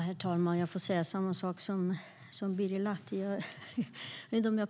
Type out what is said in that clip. Herr talman!